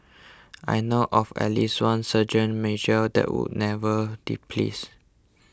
I know of at least one sergeant major that would never displeased